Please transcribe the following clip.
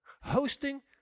Hosting